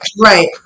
Right